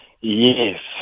Yes